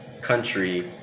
country